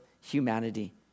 humanity